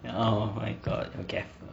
oh my god okay